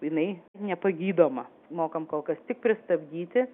jinai nepagydoma mokam kol kas tik pristabdyti